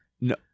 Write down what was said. no